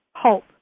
hope